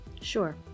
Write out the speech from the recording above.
Sure